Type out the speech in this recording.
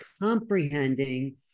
comprehending